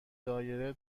دایره